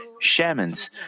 shamans